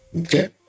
Okay